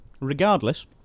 Regardless